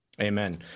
Amen